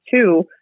two